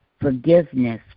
forgiveness